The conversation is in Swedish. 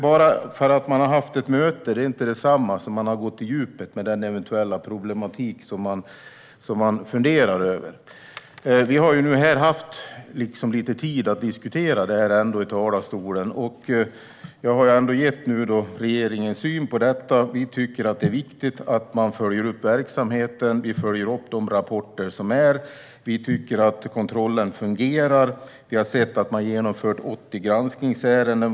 Bara för att man har haft ett möte är det inte detsamma som att man har gått på djupet med den eventuella problematik som man funderar över. Vi har nu haft lite tid att diskutera detta, och jag har gett regeringens syn på detta. Vi tycker att det är viktigt att man följer upp verksamheten, och vi följer upp de rapporter som finns. Vi tycker att kontrollen fungerar, och vi har sett att man har genomfört 80 granskningsärenden.